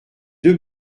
deux